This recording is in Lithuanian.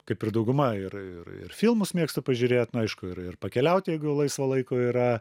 kaip ir dauguma ir ir filmus mėgstu pažiūrėt nu aišku ir ir pakeliaut jeigu laisvo laiko yra